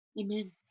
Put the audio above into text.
Amen